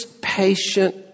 patient